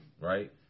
Right